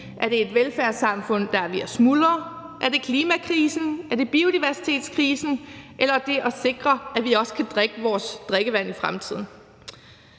Er det et velfærdssamfund, der er ved at smuldre? Er det klimakrisen? Er det biodiversitetskrisen, eller er det at sikre, at vi også kan drikke vores drikkevand i fremtiden?